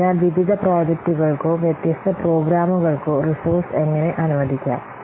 അതിനാൽ വിവിധ പ്രോജക്റ്റുകൾക്കോ വ്യത്യസ്ത പ്രോഗ്രാമുകൾക്കോ റിസോഴ്സ് എങ്ങനെ അനുവദിക്കാം